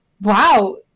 wow